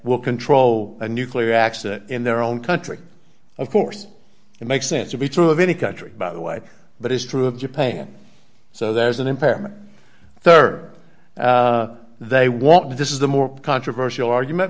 will control a nuclear accident in their own country of course it makes sense to be true of any country by the way but it's true of japan so there's an impairment rd they want this is the more controversial argument